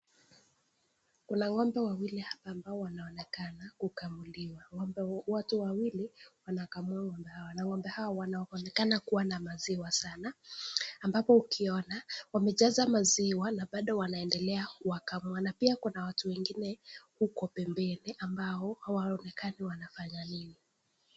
Kuna ngombe wawili hapa ambao wanaonekana kukamuliwa, watu wawili wanakamua ngombe hawa na ngombe hawa wanonekana kuwa na maziwa sana, ambapo ukiona wamejaza maziwa na wanaendelea kuwakamua, na pia kuna watu wengine huko pembeni ambao hawaonekani wanafanya nini.